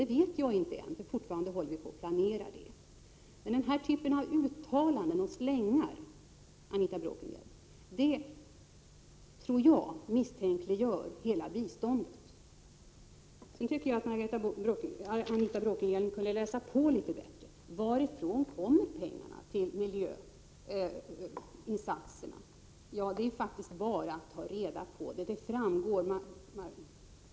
Det vet jag inte än; fortfarande håller vi på att planera. Men den här typen av uttalanden och slängar, Anita Bråkenhielm, tror jag misstänkliggör hela biståndet. Nu tycker jag att Anita Bråkenhielm kunde läsa på litet bättre. Varifrån kommer pengar till miljöinsatserna? Det är faktiskt bara att ta reda på detta.